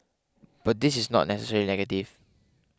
but this is not necessarily negative